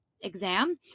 exam